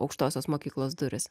aukštosios mokyklos durys